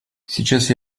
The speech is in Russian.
сейчас